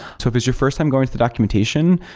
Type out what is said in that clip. so if it's your first time going to the documentation,